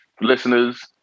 listeners